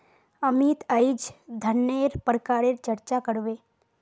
अमित अईज धनन्नेर प्रकारेर चर्चा कर बे